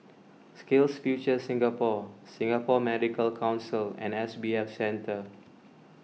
SkillsFuture Singapore Singapore Medical Council and S B F Center